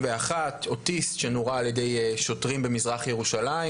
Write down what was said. אוטיסט שנורה על ידי שוטרים במזרח ירושלים.